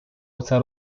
оце